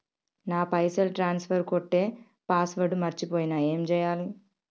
నా పైసల్ ట్రాన్స్ఫర్ కొట్టే పాస్వర్డ్ మర్చిపోయిన ఏం చేయాలి?